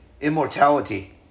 immortality